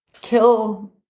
kill